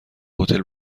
هتل